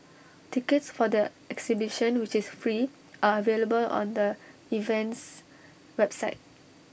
tickets for the exhibition which is free are available on the event's website